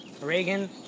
Reagan